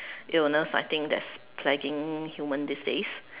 illness I think that is plaguing human these days